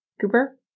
Cooper